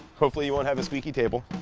hopefully you won't have a squeeky table